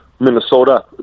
Minnesota